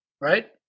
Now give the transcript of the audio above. right